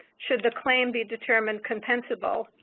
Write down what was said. should the plane be determined compensable,